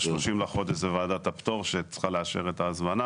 ב-30 בחודש זה ועדת הפטור שצריכה לאשר את ההזמנה